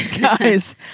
guys